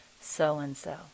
so-and-so